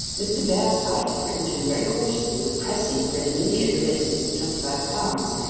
mr. bearside had written to him very cautiously, but pressing for an immediate remittance of twenty five pounds,